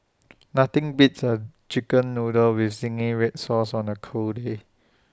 nothing beats A Chicken Noodles with Zingy Red Sauce on A cold day